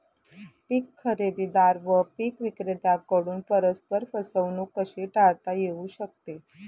पीक खरेदीदार व पीक विक्रेत्यांकडून परस्पर फसवणूक कशी टाळता येऊ शकते?